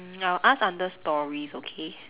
mm I'll ask under stories okay